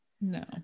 No